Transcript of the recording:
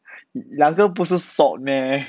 两个不是 salt meh